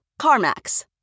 CarMax